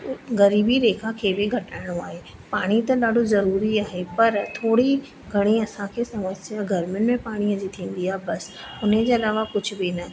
ग़रीबी रेखा खे बि घटाइणो आहे पाणी त ॾाढो ज़रूरी आहे पर थोरी घणी असांखे समस्या गर्मी में पाणीअ जी थींदी आहे बसि उन जी अलावा कुझु बि न